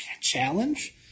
challenge